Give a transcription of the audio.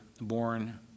born